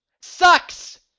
sucks